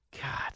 God